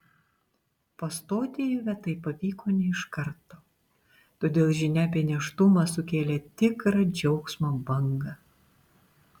pastoti ivetai pavyko ne iš karto todėl žinia apie nėštumą sukėlė tikrą džiaugsmo bangą